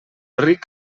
ric